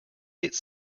its